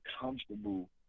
comfortable